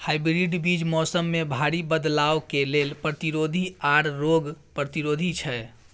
hybrid बीज मौसम में भारी बदलाव के लेल प्रतिरोधी आर रोग प्रतिरोधी छै